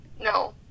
No